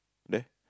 there